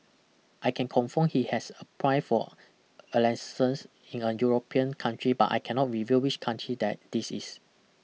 I can confirm he has applied for in a European country but I cannot reveal which country that this is